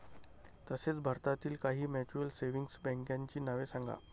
तसेच भारतातील काही म्युच्युअल सेव्हिंग बँकांची नावे सांगा